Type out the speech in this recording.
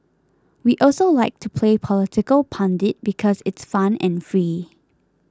we also like to play political pundit because it's fun and free